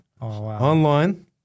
online